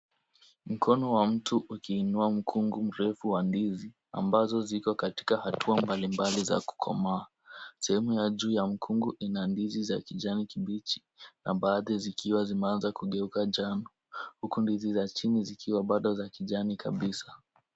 Mkono wa mtu ukiinua mkungu mrefu wa ndizi, ambazo ziko katika hatua mbalimbali za kukomaa. Sehemu ya juu ya mkungu ina ndizi za kijani kibichi, na baadhi zikiwa zimeanza kugeuka njano. Huku ndizi za chini zikiwa za kijani kabisa.